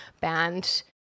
band